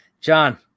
John